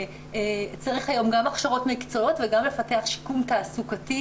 צריך היום גם הכשרות מקצועיות וגם לפתח שיקום תעסוקתי,